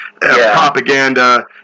propaganda